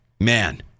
man